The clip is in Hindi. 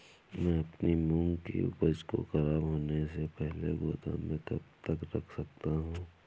मैं अपनी मूंग की उपज को ख़राब होने से पहले गोदाम में कब तक रख सकता हूँ?